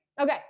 Okay